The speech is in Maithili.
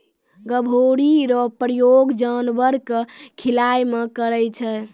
गभोरी रो प्रयोग जानवर के खिलाय मे करै छै